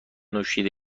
نوشیده